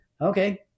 okay